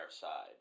side